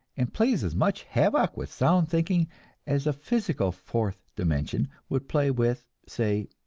and plays as much havoc with sound thinking as a physical fourth dimension would play with say,